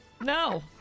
No